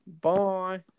Bye